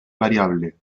variable